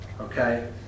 Okay